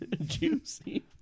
Juicy